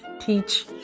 teach